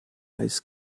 als